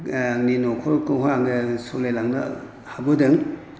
आंनि न'खरखौहाय आङो सालायलांनो हाबोदों